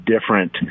different